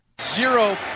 Zero